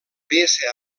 peça